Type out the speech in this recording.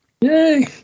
Yay